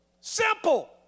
Simple